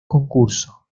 concurso